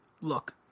look